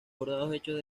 hechos